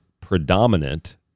predominant